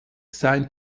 sein